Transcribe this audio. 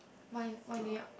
why why New-York